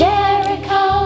Jericho